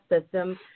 system